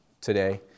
today